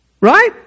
Right